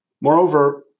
Moreover